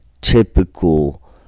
Typical